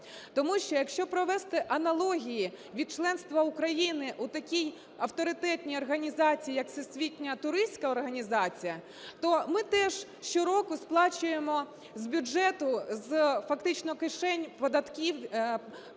Тому що, якщо провести аналогії від членства України у такій авторитетній організації, як Всесвітня туристська організація, то ми теж щороку сплачуємо з бюджету, фактично з кишень платників